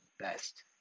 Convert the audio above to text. best